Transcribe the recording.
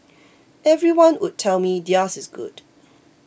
everyone would tell me theirs is good